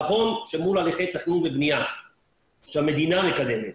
נכון שמול הליכי תכנון ובנייה שהמדינה מקדמת,